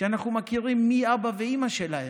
שאנחנו יודעים מי אבא ואימא שלהם.